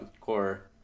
core